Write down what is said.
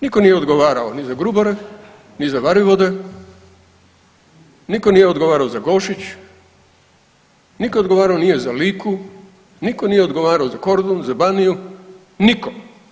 Nitko nije odgovarao ni za Grubore, ni za Varivode, nitko nije odgovarao za Gošić, nitko odgovarao za Liku, nitko nije odgovarao za Kordun, za Baniju, nitko.